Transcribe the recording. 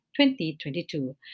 2022